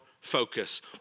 focus